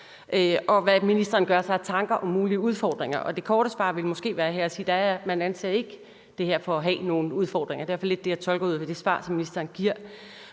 og hvad ministeren gør sig af tanker om mulige udfordringer. Det korte svar her ville så måske være, at man ikke anser det her for at have nogle udfordringer. Det er i hvert fald lidt det, jeg tolker ud fra det svar, ministeren giver.